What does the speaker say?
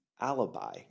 alibi